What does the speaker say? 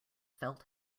felt